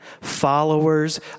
followers